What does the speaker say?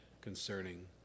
concerning